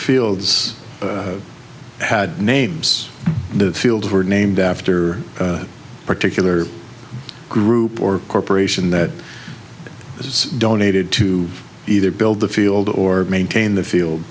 fields had names and the fields were named after a particular group or corporation that is donated to either build the field or maintain the